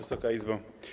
Wysoka Izbo!